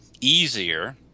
easier